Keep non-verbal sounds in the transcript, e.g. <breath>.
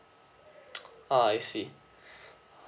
ah I see <breath>